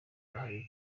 ahari